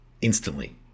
Instantly